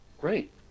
Great